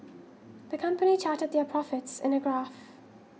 the company charted their profits in a graph